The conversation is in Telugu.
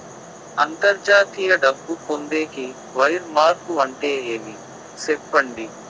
అంతర్జాతీయ డబ్బు పొందేకి, వైర్ మార్పు అంటే ఏమి? సెప్పండి?